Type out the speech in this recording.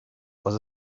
was